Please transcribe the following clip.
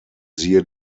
siehe